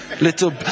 little